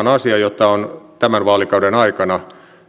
ikäihmisten kohdalla väkivalta on tämän vaalikauden aikana